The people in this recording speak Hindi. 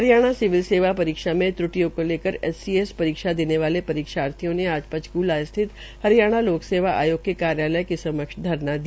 हरियाणा सिविल सेवा परीक्षा में त्र्टियों को लेकर एच॰ सी॰ एस परीक्षा देने वाले परीक्षार्थियों ने आज पंचकूला स्थित हरियाणा लोक सेवा आयोग के कार्यालय के समक्ष धरना दिया